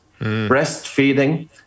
Breastfeeding